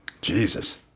Jesus